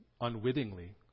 unwittingly